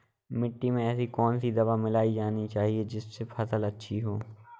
मिट्टी में ऐसी कौन सी दवा मिलाई जानी चाहिए जिससे फसल अच्छी हो?